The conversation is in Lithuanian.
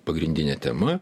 pagrindinė tema